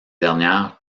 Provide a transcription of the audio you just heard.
dernières